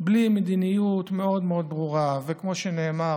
בלי מדיניות מאוד מאוד ברורה, וכמו שנאמר